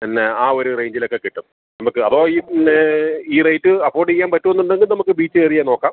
എന്ന ആ ഒരു റേഞ്ചിലൊക്കെ കിട്ടും നമുക്ക് അതോ ഈ നേ ഈ റേറ്റ് അഫോഡ് ചെയ്യാൻ പറ്റുമെന്നുണ്ടെങ്കിൽ നമുക്ക് ബീച്ചേറിയ നോക്കാം